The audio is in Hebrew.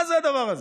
מה זה הדבר הזה?